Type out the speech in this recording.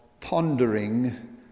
pondering